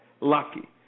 lucky